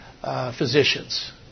Physicians